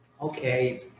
okay